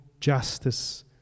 justice